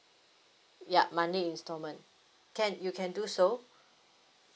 ya monthly installment can you can do so